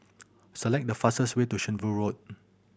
select the fastest way to Shenvood Road